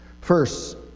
First